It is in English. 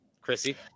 Chrissy